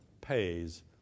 pays